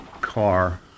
car